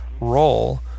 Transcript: role